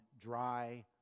dry